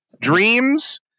Dreams